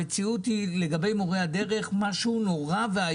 המציאות לגבי מורי הדרך היא נוראית.